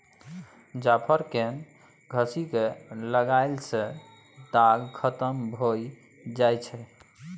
जाफर केँ घसि कय लगएला सँ दाग खतम भए जाई छै